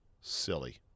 silly